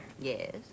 Yes